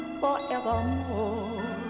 forevermore